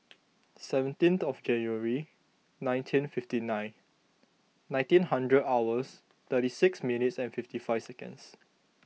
seventeen of January nineteen fifty nine nineteen hundred hours thirty six minutes and fifty five seconds